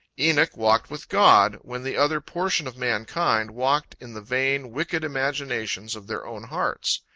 enoch walked with god, when the other portion of mankind walked in the vain wicked imaginations of their own hearts.